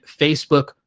Facebook